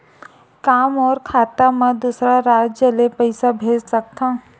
का मोर खाता म दूसरा राज्य ले पईसा भेज सकथव?